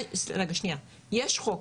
יש חוק,